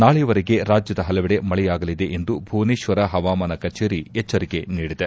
ನಾಳೆಯವರೆಗೆ ರಾಜ್ಯದ ಹಲವೆಡೆ ಮಳೆಯಾಗಲಿದೆ ಎಂದು ಭುವನೇಶ್ವರ ಹವಾಮಾನ ಕಚೇರಿ ಎಚ್ಚರಿಕೆ ನೀಡಿದೆ